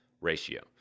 ratio